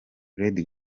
lady